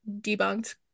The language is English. debunked